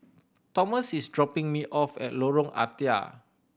Thomas is dropping me off at Lorong Ah Thia